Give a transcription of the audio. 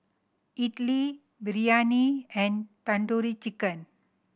Idili Biryani and Tandoori Chicken